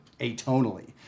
atonally